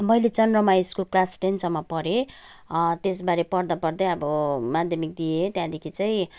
मैले Chandramaya school class टेनसम्म पढे त्यस बारे पढ्दै पढ्दै अब माध्यमिक दिएँ त्यहाँदेखि चाहिँ